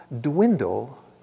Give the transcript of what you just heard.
dwindle